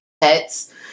pets